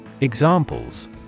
Examples